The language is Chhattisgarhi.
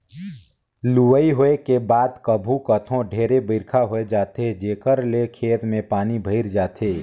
लुवई होए के बाद कभू कथों ढेरे बइरखा होए जाथे जेखर ले खेत में पानी भइर जाथे